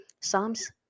Psalms